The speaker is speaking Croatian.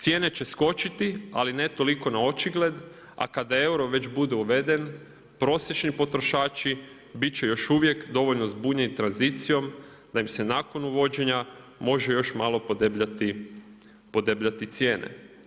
Cijene će skočiti ali ne toliko na očigled, a kada euro već bude uveden, prosječni potrošači bit će još uvijek dovoljno zbunjen tranzicijom da im se nakon uvođenja može još malo podebljati cijene.